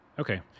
Okay